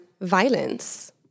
violence